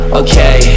okay